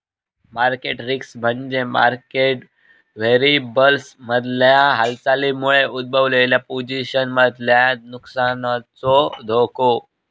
market risk म्हणजे market व्हेरिएबल्समधल्या हालचालींमुळे उद्भवलेल्या पोझिशन्समधल्या नुकसानीचो धोको